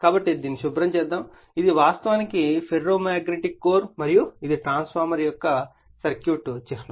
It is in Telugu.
కాబట్టి దానిని శుభ్రం చేద్దాం ఇది వాస్తవానికి ఫెర్రో మాగ్నెటిక్ కోర్ మరియు ఇది ట్రాన్స్ఫార్మర్ యొక్క సర్క్యూట్ చిహ్నం